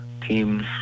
teams